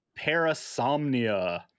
Parasomnia